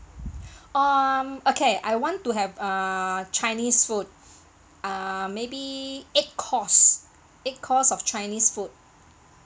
um okay I want to have uh chinese food uh maybe eight course eight course of chinese food